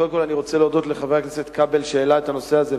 קודם כול אני רוצה להודות לחבר הכנסת כבל שהעלה את הנושא הזה,